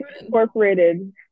Incorporated